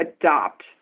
adopt